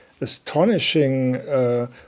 astonishing